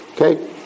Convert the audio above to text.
okay